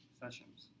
sessions